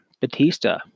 Batista